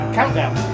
Countdown